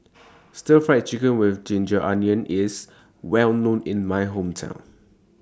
Stir Fried Chicken with Ginger Onions IS Well known in My Hometown